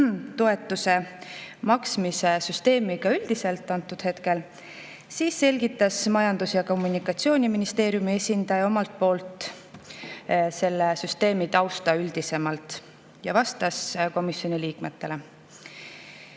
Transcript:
maksmise süsteemiga üldiselt, siis selgitas Majandus- ja Kommunikatsiooniministeeriumi esindaja selle süsteemi tausta üldisemalt ja vastas komisjoni liikmetele.